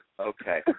Okay